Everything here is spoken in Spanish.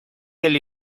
del